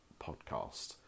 podcast